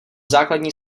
základní